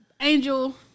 angel